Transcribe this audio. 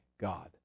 God